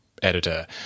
editor